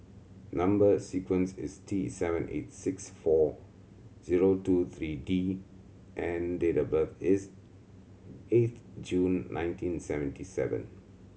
number sequence is T seven eight six four zero two three D and date of birth is eighth June nineteen seventy seven